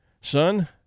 Son